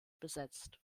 besetzt